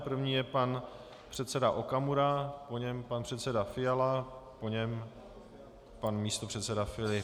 První je pan předseda Okamura, po něm pan předseda Fiala, po něm pan místopředseda Filip.